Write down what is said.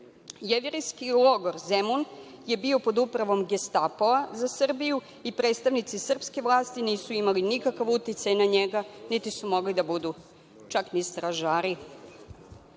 Jevrejski logor „Zemun“ je bio pod upravom Gestapoa za Srbiju i predstavnici srpske vlasti nisu imali nikakav uticaj na njega, niti su mogli da budu čak ni stražari. Od